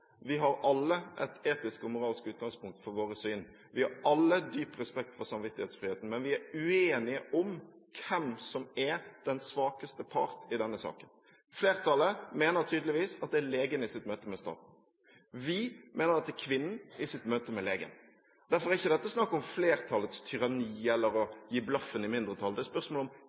Vi har alle et etisk og moralsk utgangspunkt for våre syn. Vi har alle dyp respekt for samvittighetsfriheten, men vi er uenige om hvem som er den svakeste part i denne saken. Flertallet mener tydeligvis at det er legen i sitt møte med staten. Vi mener at det er kvinnen i sitt møte med legen. Derfor er ikke dette snakk om flertallets tyranni eller å gi blaffen i mindretallet, det er spørsmål om